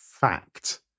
fact